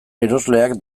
erosleak